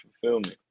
fulfillment